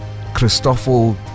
Christoffel